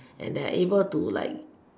and they're able to like